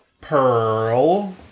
Pearl